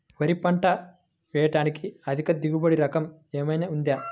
వరి పంట వేయటానికి అధిక దిగుబడి రకం ఏమయినా ఉందా?